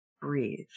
breathe